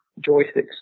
joysticks